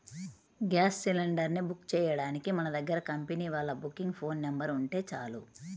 gas cylinder ని book చెయ్యడానికి మన దగ్గర కంపెనీ వాళ్ళ బుకింగ్ ఫోన్ నెంబర్ ఉంటే చాలు